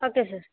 okay sir